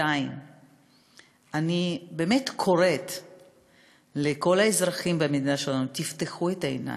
2. אני באמת קוראת לכל האזרחים במדינה שלנו: תפתחו את העיניים,